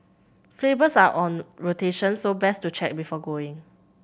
flavours are on rotation so best to check before going